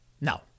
No